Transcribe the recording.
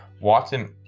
Watson